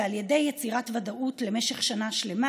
על ידי יצירת ודאות לשנה שלמה,